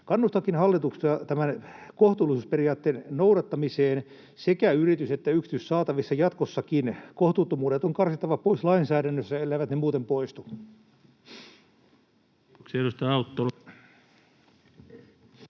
Kannustankin hallitusta tämän kohtuullisuusperiaatteen noudattamiseen sekä yritys‑ että yksityissaatavissa jatkossakin. Kohtuuttomuudet on karsittava pois lainsäädännössä, elleivät ne muuten poistu. Kiitoksia. — Edustaja Autto.